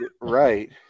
Right